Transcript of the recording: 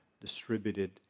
distributed